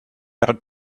out